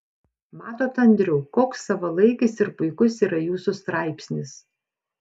matot andriau koks savalaikis ir puikus yra jūsų straipsnis